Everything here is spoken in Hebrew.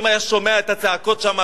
אם היה שומע את הצעקות שמה,